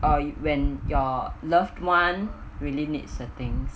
uh you when your loved one really needs a things